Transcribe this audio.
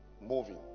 moving